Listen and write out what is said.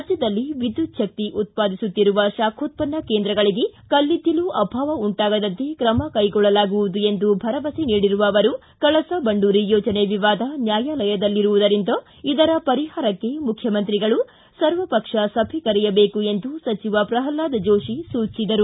ರಾಜ್ಯದಲ್ಲಿ ವಿದ್ಯುಜ್ವಕ್ಕೆ ಉತ್ಪಾದಿಸುತ್ತಿರುವ ಶಾಖೋತ್ಪನ್ನ ಕೇಂದ್ರಗಳಿಗೆ ಕಲ್ಲಿದ್ದಿಲು ಅಭಾವ ಉಂಟಾಗದಂತೆ ಕ್ರಮ ಕೈಗೊಳ್ಳಲಾಗುವುದು ಎಂದು ಭರವಸೆ ನೀಡಿರುವ ಅವರು ಕಳಸಾ ಬಂಡೂರಿ ಯೋಜನೆ ವಿವಾದ ನ್ನಾಯಾಲಯದಲ್ಲಿರುವುದರಿಂದ ಇದರ ಪರಿಪಾರಕ್ಕೆ ಮುಖ್ಯಮಂತ್ರಿಗಳು ಸರ್ವಪಕ್ಷ ಸಭೆ ಕರೆಯಬೇಕು ಎಂದು ಸಚಿವ ಪ್ರಹ್ಲಾದ್ ಜೋಶಿ ಸೂಚಿಸಿದರು